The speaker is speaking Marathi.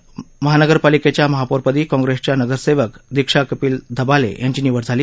नांदेडवाघाळा शहर महानगरपालिकेच्या महापौरपदी काँग्रेसच्या नगरसेवक दीक्षा कपील धबाले यांची निवड झाली